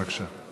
בבקשה.